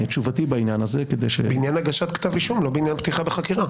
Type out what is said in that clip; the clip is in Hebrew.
בעניין הגשת כתב אישום, לא בעניין פתיחה בחקירה.